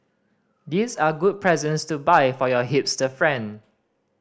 these are good presents to buy for your hipster friend